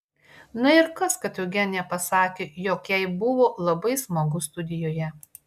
na ir kas kad eugenija pasakė jog jai buvo labai smagu studijoje